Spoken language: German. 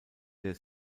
sehr